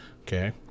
Okay